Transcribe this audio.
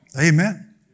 Amen